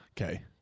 Okay